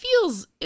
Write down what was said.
feels